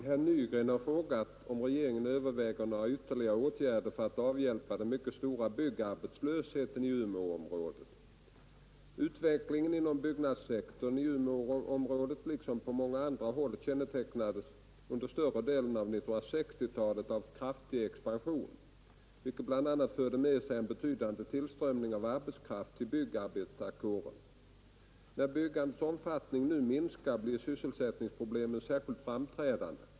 Herr talman! Herr Nygren har frågat om regeringen överväger några ytterligare åtgärder för att avhjälpa den mycket stora byggarbetslösheten i Umeåområdet. Utvecklingen inom byggnadssektorn i Umeåområdet liksom på många andra håll kännetecknades under större delen av 1960-talet av kraftig expansion, vilket bl.a. förde med sig en betydande tillströmning av arbetskraft till byggnadsarbetarkåren. När byggandets omfattning nu minskar blir sysselsättningsproblemen särskilt framträdande.